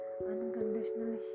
unconditional